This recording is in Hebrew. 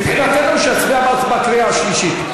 מבחינתנו שיצביע בקריאה השלישית.